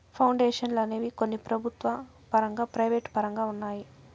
పౌండేషన్లు అనేవి కొన్ని ప్రభుత్వ పరంగా ప్రైవేటు పరంగా ఉన్నాయి